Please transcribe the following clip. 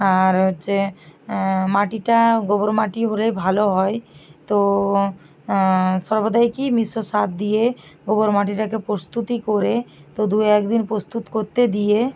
আর হচ্ছে মাটিটা গোবর মাটি হলেই ভালো হয় তো সর্বদাই কি মিশ্র সার দিয়ে গোবর মাটিটাকে প্রস্তুতি করে তো দু এক দিন প্রস্তুত করতে দিয়ে